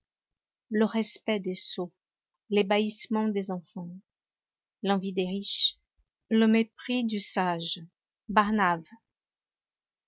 le respect des sots l'ébahissement des enfants l'envie des riches le mépris du sage barnave